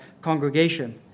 congregation